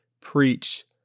preach